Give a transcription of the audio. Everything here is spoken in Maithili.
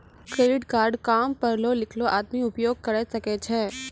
क्रेडिट कार्ड काम पढलो लिखलो आदमी उपयोग करे सकय छै?